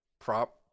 Prop